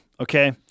okay